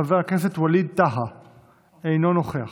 חבר הכנסת ווליד טאהא אינו נוכח,